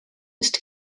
ist